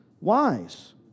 wise